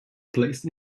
placed